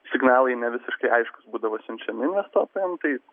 signalai ne visiškai aiškūs būdavo siunčiami vartotojam tai